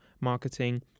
marketing